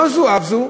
לא זו אף זו,